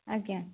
ଆଜ୍ଞା